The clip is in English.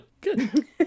Good